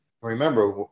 Remember